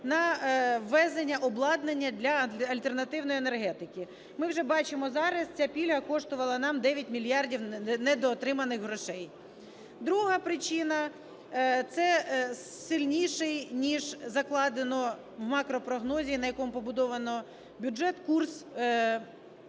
на ввезення обладнання для альтернативної енергетики. Ми вже бачимо зараз, ця пільга коштувала нам 9 мільярдів недоотриманих грошей. Друга причина – це сильніший ніж закладено в макропрогнозі, на якому побудовано бюджет, курс